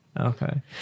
Okay